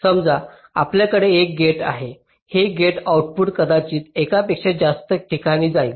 समजा आमच्याकडे एक गेट आहे हे गेट आउटपुट कदाचित एकापेक्षा जास्त ठिकाणी जाईल